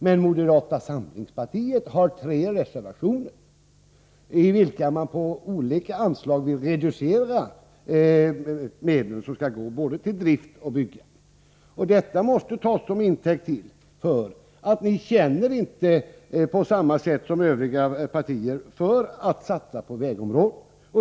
Men moderata samlingspartiet har tre reservationer, i vilka man på olika anslag vill reducera medel som skall gå både till drift och till bygge. Detta måste tas till intäkt för att ni inte känner på samma sätt som Övriga partier för att satsa på vägområdet.